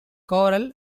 corral